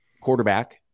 quarterback